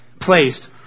placed